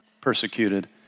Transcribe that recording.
persecuted